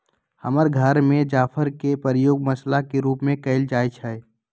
हमर घर में जाफर के प्रयोग मसल्ला के रूप में कएल जाइ छइ